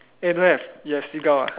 eh don't have you have seagull ah